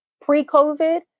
pre-COVID